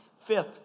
Fifth